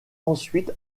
ensuite